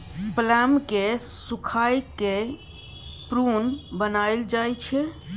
plum केँ सुखाए कए प्रुन बनाएल जाइ छै